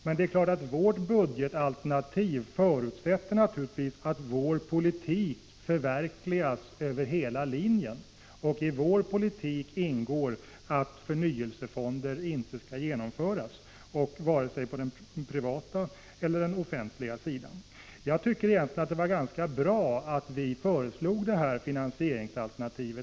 Men det är klart att vårt budgetalternativ förutsätter att vår politik förverkligas över hela linjen. I vår politik ingår att förnyelsefonder inte skall införas, varken på den privata eller på den offentliga sidan. Jag tycker att det egentligen var ganska bra att vi föreslog vårt finansieringsalternativ.